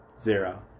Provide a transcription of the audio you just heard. Zero